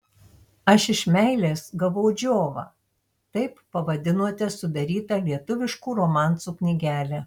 aš iš meilės gavau džiovą taip pavadinote sudarytą lietuviškų romansų knygelę